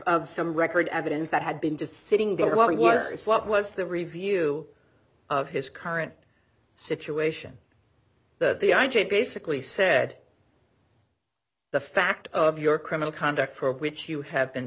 of some record evidence that had been just sitting there watching what's what was the review of his current situation the basically said the fact of your criminal conduct for which you have been